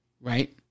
right